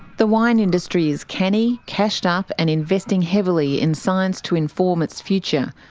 the wine industry is canny, cashed up, and investing heavily in science to inform its future.